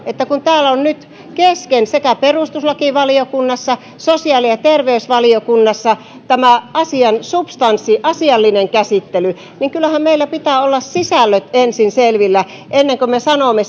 että kun täällä on nyt kesken sekä perustuslakivaliokunnassa että sosiaali ja terveysvaliokunnassa tämä asian substanssi asiallinen käsittely niin kyllähän meillä pitää olla sisältöjen ensin selvillä ennen kuin me sanomme